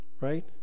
Right